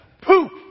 poop